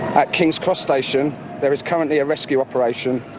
at kings cross station there is currently a rescue operation